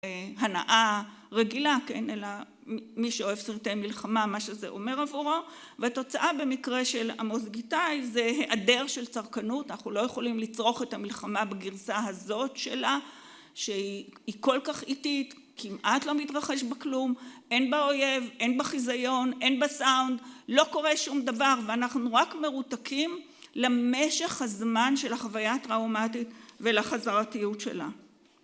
הנאה רגילה, כן, אלא מי שאוהב סרטי מלחמה, מה שזה אומר עבורו ותוצאה במקרה של עמוס גיתאי, זה היעדר של צרכנות, אנחנו לא יכולים לצרוך את המלחמה בגרסה הזאת שלה, שהיא כל כך איטית, כמעט לא מתרחש בה כלום, אין בה אויב, אין בה חיזיון, אין בה סאונד, לא קורה שום דבר ואנחנו רק מרותקים למשך הזמן של החוויה הטראומטית ולחזרתיות שלה.